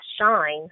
shine